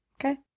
okay